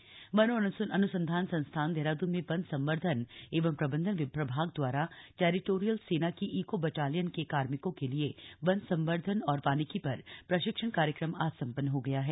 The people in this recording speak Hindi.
प्रशिक्षण वन अनुसंधान संस्थान देहरादून में वन संवर्धन एवं प्रबंधन प्रभाग द्वारा टेरिटोरियल सेना की ईको बटालियन के कार्मिकों के लिए वन संवर्धन और वानिकी पर प्रशिक्षण कार्यक्रम आज संपन्न हो गया है